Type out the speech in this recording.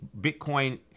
Bitcoin